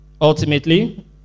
Ultimately